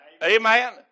Amen